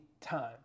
time